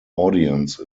audience